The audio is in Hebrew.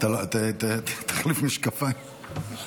תחליף משקפיים.